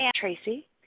Tracy